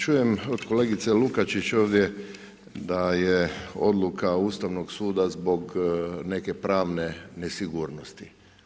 Čujem od kolegice Lukačić ovdje da je odluka Ustavnog suda ovdje zbog neke pravne nesigurnosti.